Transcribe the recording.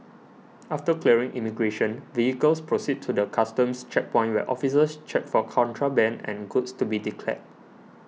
after clearing immigration vehicles proceed to the Customs checkpoint where officers check for contraband and goods to be declared